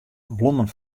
blommen